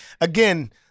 Again